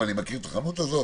אבל אני מכיר את החנות הזאת